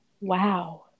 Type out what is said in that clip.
Wow